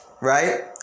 right